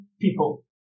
people